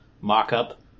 mock-up